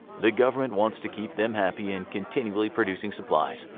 the government wants to keep them happy and continually producing supplies.